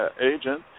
agent